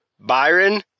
Byron